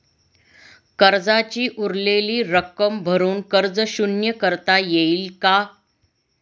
कर्जाची उरलेली रक्कम भरून कर्ज शून्य करता येईल का?